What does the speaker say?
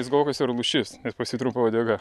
jis galvoja kad jis yra lūšis nes pas jį trumpa uodega